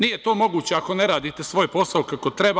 Nije to moguće ako ne radite svoj posao kako treba.